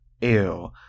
ew